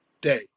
day